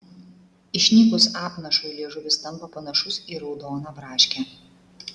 išnykus apnašui liežuvis tampa panašus į raudoną braškę